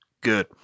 Good